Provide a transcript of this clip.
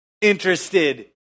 interested